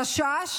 החשש,